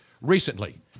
recently